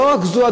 לא רק זה,